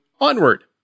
Onward